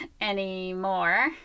anymore